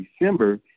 December